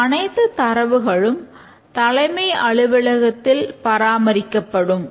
இந்த அனைத்து தரவுகளும் தலைமை அலுவலகத்தில் பராமரிக்கப்படும்